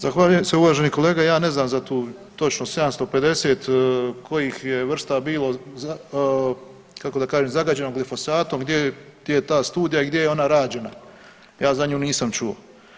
Zahvaljujem se uvaženi kolega, ja ne znam za tu točnost 750 kojih je vrsta bilo, kako da kažem zagađeno glifosatom, gdje je ta studija i gdje je ona rađena, ja za nju nisam čuo.